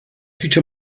ćwiczę